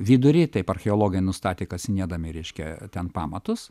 vidurį taip archeologai nustatė kasinėdami reiškia ten pamatus